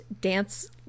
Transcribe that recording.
dance